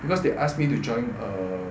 because they ask me to join err